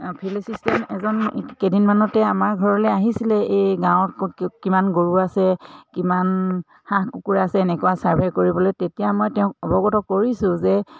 field assistant এজন কেইদিনমানতে আমাৰ ঘৰলৈ আহিছিলে এই গাঁৱত ক'ত কিমান গৰু আছে কিমান হাঁহ কুকুৰা আছে এনেকুৱা চাৰ্ভে কৰিবলৈ তেতিয়া মই তেওঁক অৱগত কৰিছোঁ যে